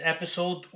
episode